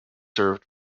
served